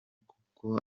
kuko